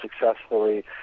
successfully